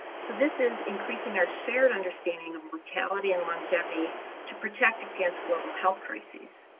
so this is increasing our shared understanding of mortality and longevity to protect against global health crises.